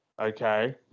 Okay